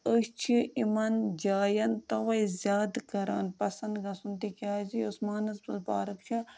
أسۍ چھِ یِمَن جایَن تَوَے زیادٕ کَران پَسنٛد گَژھُن تِکیٛازِ یۄس مانَسبَل پارَک چھےٚ